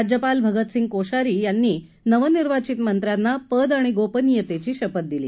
राज्यपाल भगतसिंग कोश्यारी यांनी नवनिर्वाचित मंत्र्यांना पद आणि गोपनियतेची शपथ दिली